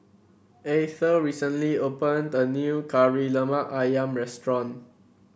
Eithel recently opened a new Kari Lemak ayam restaurant